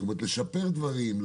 לשפר דברים,